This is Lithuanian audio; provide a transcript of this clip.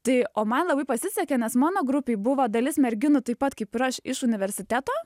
tai o man labai pasisekė nes mano grupėj buvo dalis merginų taip pat kaip aš iš universiteto